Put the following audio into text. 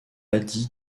wadi